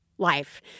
life